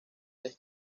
les